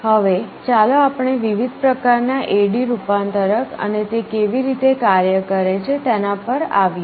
હવે ચાલો આપણે વિવિધ પ્રકારનાં AD રૂપાંતરક અને તે કેવી રીતે કાર્ય કરે છે તેના પર આવીએ